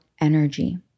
energy